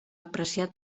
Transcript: apreciat